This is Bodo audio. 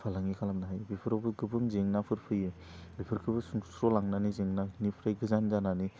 फालांगि खालामनो हायो बेफोरावबो गोबां जेंनाफोर फैयो बेफोरखौबो सुंस्र लांनानै जेंनानिफ्राय गोजान जानानै